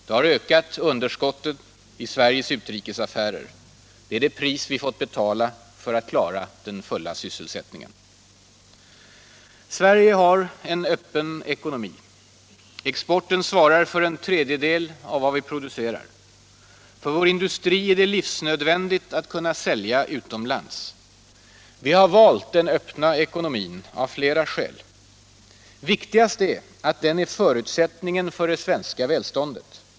Det har ökat underskotten i Sveriges utrikesaffärer. Det är det pris vi fått betala för att klara den fulla syssel Allmänpolitisk debatt Allmänpolitisk debatt sättningen. Sverige har en öppen ekonomi. Exporten svarar för en tredjedel av vad vi producerar. För vår industri är det livsnödvändigt att kunna sälja utomlands. Vi har valt den öppna ekonomin av flera skäl. Viktigast är att den är förutsättningen för det svenska välståndet.